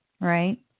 right